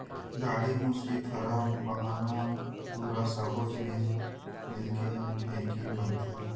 डांड़ी, मुसरी, थरा, बाहना, धुरा सब्बो जिनिस मिलके ढेंकी बनथे